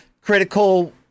critical